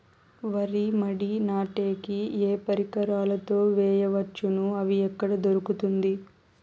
వరి మడి నాటే కి ఏ పరికరాలు తో వేయవచ్చును అవి ఎక్కడ దొరుకుతుంది?